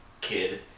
kid